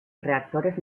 reactores